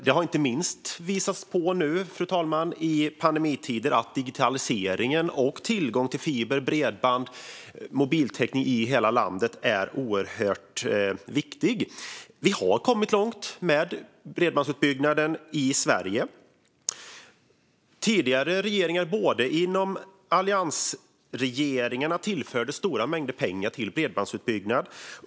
Det har inte minst under pandemitiden, fru talman, visat sig att digitaliseringen och tillgång till fiber, bredband och mobiltäckning i hela landet är oerhört viktigt. Bredbandsutbyggnaden har kommit långt i Sverige. Tidigare regeringar, till exempel alliansregeringen, har tillfört stora mängder pengar till bredbandsutbyggnad.